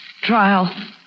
trial